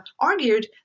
argued